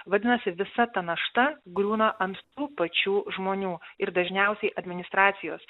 vadinasi visa ta našta griūna ant tų pačių žmonių ir dažniausiai administracijos